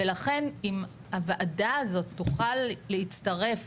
לכן, אם הוועדה הזאת תוכל להצטרף